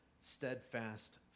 steadfast